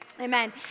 Amen